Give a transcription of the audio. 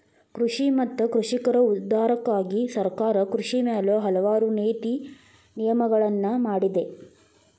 ಕೃಷಿ ಮತ್ತ ಕೃಷಿಕರ ಉದ್ಧಾರಕ್ಕಾಗಿ ಸರ್ಕಾರ ಕೃಷಿ ಮ್ಯಾಲ ಹಲವಾರು ನೇತಿ ನಿಯಮಗಳನ್ನಾ ಮಾಡಿದೆ